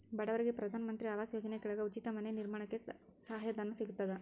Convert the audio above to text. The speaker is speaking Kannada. ಬಡವರಿಗೆ ಪ್ರಧಾನ ಮಂತ್ರಿ ಆವಾಸ್ ಯೋಜನೆ ಕೆಳಗ ಉಚಿತ ಮನೆ ನಿರ್ಮಾಣಕ್ಕೆ ಸಹಾಯ ಧನ ಸಿಗತದ